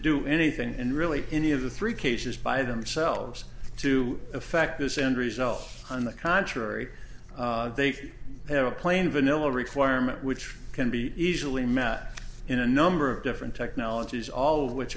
do anything and really any of the three cases by themselves to effect this end result on the contrary they have a plain vanilla requirement which can be easily met in a number of different technologies all of which